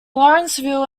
lawrenceville